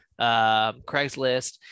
craigslist